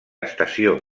estació